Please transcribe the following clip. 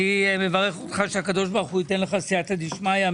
ומברך אותך שהקדוש ברוך הוא ייתן לך סיעתא דשמיא,